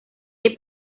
hay